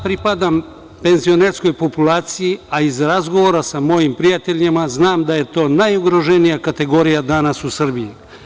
Pripadam penzionerskoj populaciji, a iz razgovora sa mojim prijateljima znam da je to najugroženija kategorija danas u Srbiji.